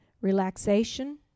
relaxation